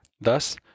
Thus